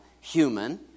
human